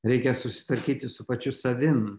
reikia susitvarkyti su pačiu savim